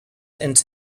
into